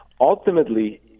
Ultimately